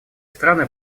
страны